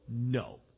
No